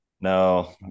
No